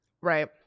Right